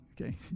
Okay